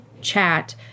chat